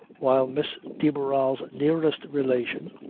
while miss de barral's nearest relation,